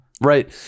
Right